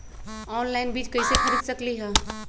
Online बीज कईसे खरीद सकली ह?